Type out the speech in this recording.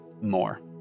more